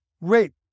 Rape